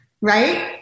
right